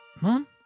Mom